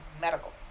medical